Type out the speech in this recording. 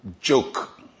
joke